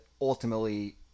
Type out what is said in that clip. ultimately